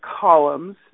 columns